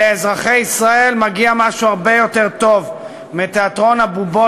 לאזרחי ישראל מגיע משהו הרבה יותר טוב מתיאטרון הבובות